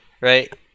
right